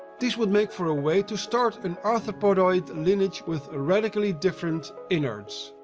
this would make for a way to start an arthropodoid lineage with radically different innards.